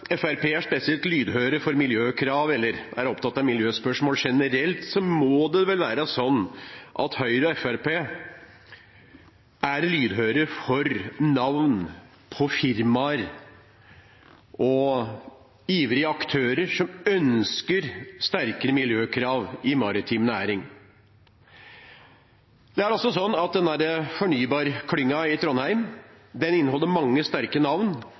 er spesielt lydhøre for miljøkrav eller er opptatt av miljøspørsmål generelt, må det være sånn at Høyre og Fremskrittspartiet er lydhøre for navn på firmaer og ivrige aktører som ønsker strengere miljøkrav i maritim næring. Fornybarklyngen i Trondheim inneholder mange sterke navn, og de ønsker å sitte i